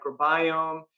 microbiome